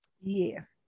yes